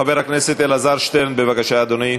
חבר הכנסת אלעזר שטרן, בבקשה, אדוני.